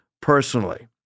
personally